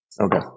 okay